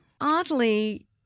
Oddly